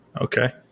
Okay